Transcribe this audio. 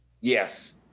Yes